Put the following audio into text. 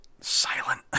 silent